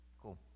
Cool